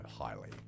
highly